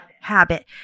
habit